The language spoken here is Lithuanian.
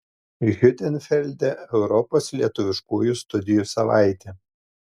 hiutenfelde europos lietuviškųjų studijų savaitė